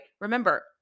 Remember